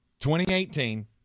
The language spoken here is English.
2018